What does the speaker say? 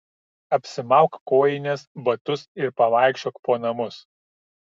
apsimauk kojines batus ir pavaikščiok po namus